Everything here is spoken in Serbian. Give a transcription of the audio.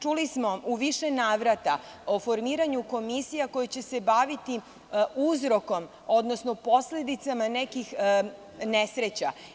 Čuli smo u više navrata o formiranju komisija koje će se baviti uzrokom odnosno posledicama nekih nesreća.